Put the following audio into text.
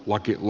laki hu